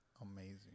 Amazing